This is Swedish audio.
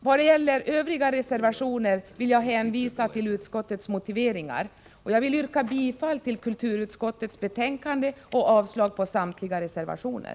Vad gäller övriga reservationer vill jag hänvisa till utskottets motiveringar. Jag vill yrka bifall till hemställan i kulturutskottets betänkande och avslag på samtliga reservationer.